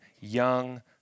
young